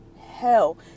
hell